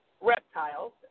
reptiles